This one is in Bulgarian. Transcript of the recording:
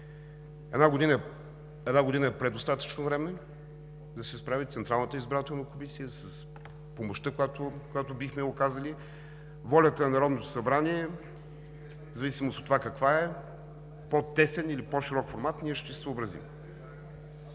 Една година е предостатъчно време да се справи Централната избирателна комисия с помощта, която бихме ѝ оказали. С волята на Народното събрание в зависимост от това каква е – по-тесен или по широк формат, ние ще се съобразим.